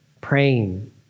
praying